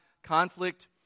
conflict